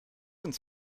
uns